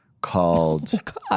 called